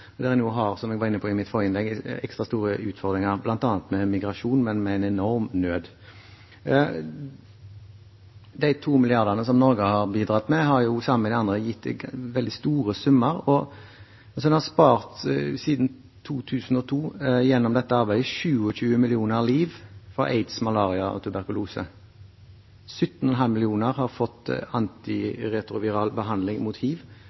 der en nå har ekstra store utfordringer, som jeg var inne på i mitt forrige innlegg, bl.a. med migrasjon, men også med en enorm nød. De to milliardene som Norge har bidratt med, har sammen med bidragene fra de andre gitt veldig store summer. En har siden 2002 gjennom dette arbeidet spart 27 millioner liv fra aids, malaria og tuberkulose. 17,5 millioner har fått antiretroviral behandling mot hiv,